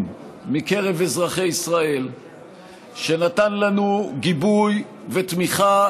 מקרב אזרחי ישראל שנתן לנו גיבוי ותמיכה,